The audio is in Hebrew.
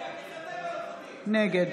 נגד